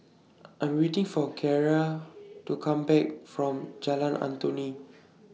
I'm waiting For Kiera to Come Back from Jalan Antoi